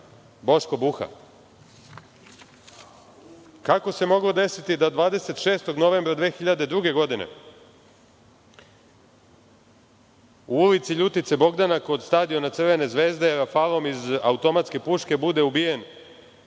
Boško Buha? Kako se moglo desiti da 26. novembra 2002. godine u ulici LJutice Bogdana kod stadiona Crvene zvezde rafalom iz automatske puške bude ubijen